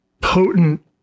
potent